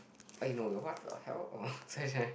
okay no !what the hell! oh sorry sorry